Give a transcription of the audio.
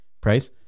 price